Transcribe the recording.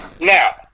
Now